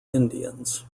indians